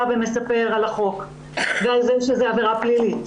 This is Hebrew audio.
ומספר על החוק ועל כך שזאת עבירה פלילית.